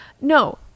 no